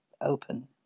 open